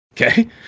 okay